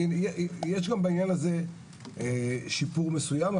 ויש גם בעניין הזה שיפור מסויים.